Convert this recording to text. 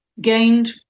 gained